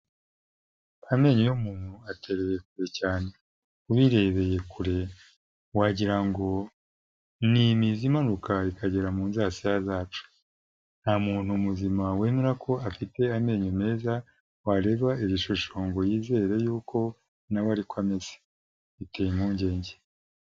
Amenyo y'umuntu atereye kure cyane. Ubirebeye kure wagira ngo n'imizi imanuka ikagera mu nzasaya zacu. Nta muntu muzima wemera ko afite amenyo meza, wareba iyi shusho ngo yizere yuko na we ari ko ameze. Biteye impungenge.